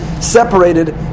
separated